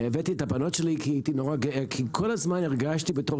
הבאתי את הבנו תשלי כי הייתי מאוד גאה כי כל הזמן הרגשתי בתור